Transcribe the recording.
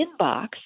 inbox